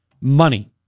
money